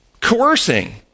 coercing